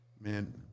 man –